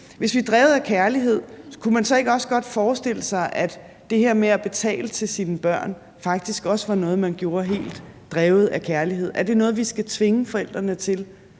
supplement til det, kunne man så ikke også godt forestille sig, at det her med at betale til sine børn faktisk også var noget, man gjorde drevet af kærlighed? Er det noget, vi skal tvinge forældrene til